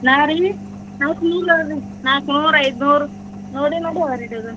ನಾವಾ ರೀ ನಾಲ್ಕ್ನೂರ ನಾಲ್ಕ್ನೂರ ಐದ್ನೂರು ನೋಡಿ ನೋಡಿ ಅವಾ ರೀ ಡಝನ್